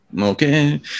Okay